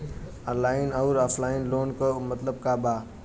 Online अउर offline loan क मतलब का बा?